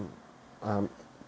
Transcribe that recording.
um